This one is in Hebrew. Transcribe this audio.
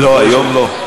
לא, היום לא.